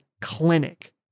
clinic